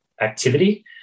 activity